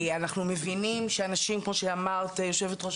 אנחנו מבינים שאנשים פה שאמרת יושבת ראש